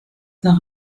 nach